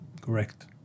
Correct